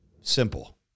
Simple